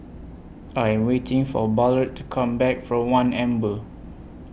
I Am waiting For Ballard to Come Back from one Amber